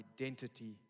identity